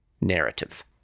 narrative